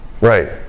Right